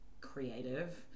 creative